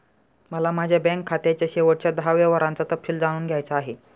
मला माझ्या बँक खात्याच्या शेवटच्या दहा व्यवहारांचा तपशील जाणून घ्यायचा आहे